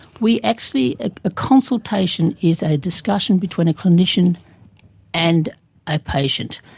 we actually, a a consultation is a discussion between a clinician and a patient,